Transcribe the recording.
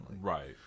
Right